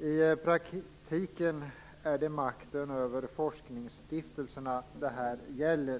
I praktiken är det makten över forskningsstiftelserna det gäller.